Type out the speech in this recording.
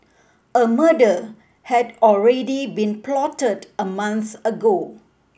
a murder had already been plotted a month ago